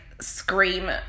scream